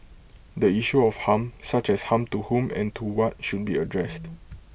the issue of harm such as harm to whom and to what should be addressed